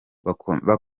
bakomeje